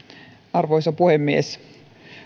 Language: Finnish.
arvoisa puhemies